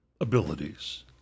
abilities